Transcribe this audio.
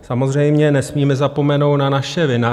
Samozřejmě nesmíme zapomenout na naše vinaře.